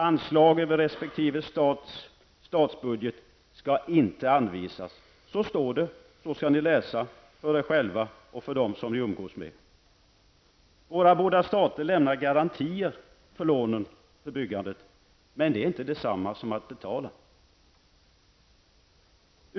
Anslag över resp. lands statsbudget skall inte anvisas. Så står det, så skall ni läsa texten, för er själva och för dem ni umgås med. Våra båda stater garanterar lånen för byggandet, men det är inte detsamma som att betala.